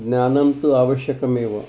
ज्ञानं तु आवश्यकमेव